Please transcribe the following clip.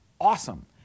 awesome